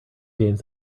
games